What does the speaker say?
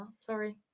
Sorry